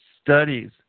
studies